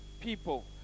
people